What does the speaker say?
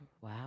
Wow